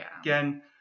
again